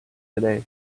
today